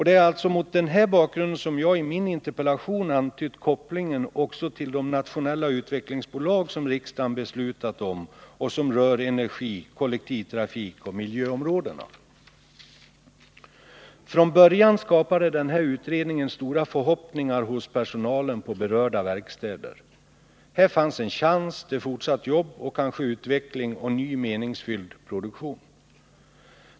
Det är mot den bakgrunden som jag i min interpellation har antytt kopplingen också till de nationella utvecklingsbolag som riksdagen har beslutat om och som rör energi-, kollektivtrafikoch miljöområdena. Från början skapade den här utredningen stora förhoppningar hos personalen på berörda verkstäder. Här fanns en chans till fortsatt jobb och kanske utveckling och en ny meningsfylld produktion.